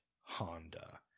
honda